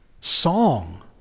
song